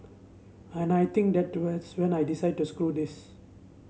and I think that when I decide to screw this